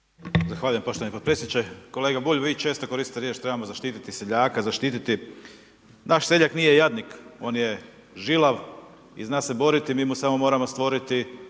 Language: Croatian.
Zahvaljujem poštovani potpredsjedniče. Kolega Bulj, vi često koristite riječ trebamo zaštititi seljaka, zaštititi, naš seljak nije jadnik, on je žilav i zna se boriti, mi mu samo moramo stvoriti